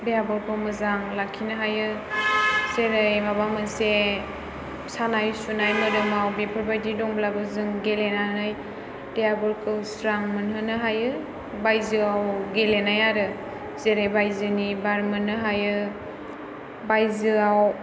देहाफोरखौ मोजां लाखिनो हायो जेरै माबा मोनसे सानाय सुनाय मोदामाव बेफोरबायदि दंब्लाबो जों गेलेनानै देहाफोरखौ स्रां मोनहोनो हायो बायजोआव गेलेनाय आरो जेरै बायजोनि बार मोननो हायो बायजोआव